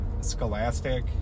Scholastic